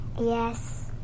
Yes